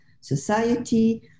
society